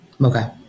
Okay